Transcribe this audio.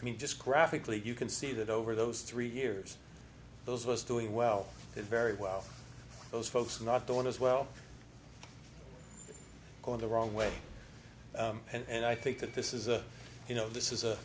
i mean just graphically you can see that over those three years those was doing well very well those folks not doing as well on the wrong way and i think that this is a you know this is